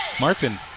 Martin